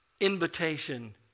invitation